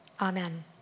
amen